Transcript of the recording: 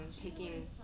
taking